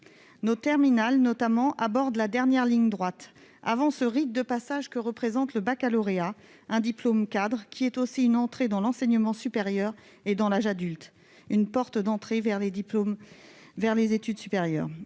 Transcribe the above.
Nos terminales, notamment, abordent la dernière ligne droite avant ce rite de passage que constitue toujours le baccalauréat, un diplôme cadre qui est aussi une entrée dans l'enseignement supérieur et dans l'âge adulte. Des diplômes, des épreuves,